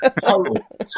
total